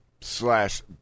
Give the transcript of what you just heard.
Slash